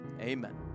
amen